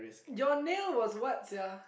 your nail was what sia